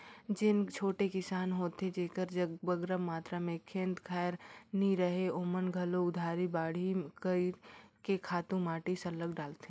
जेन छोटे किसान होथे जेकर जग बगरा मातरा में खंत खाएर नी रहें ओमन घलो उधारी बाड़ही कइर के खातू माटी सरलग डालथें